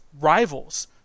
rivals